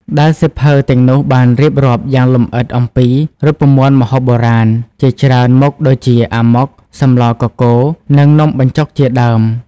ដែលសៀវភៅទាំងនោះបានរៀបរាប់យ៉ាងលម្អិតអំពី រូបមន្តម្ហូបបុរាណ ជាច្រើនមុខដូចជា អាម៉ុក សម្លរកកូរ និងនំបញ្ចុក ជាដើម។